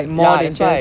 ya that's why